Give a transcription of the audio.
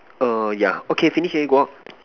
err yeah okay finish already go out